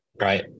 Right